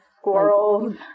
Squirrels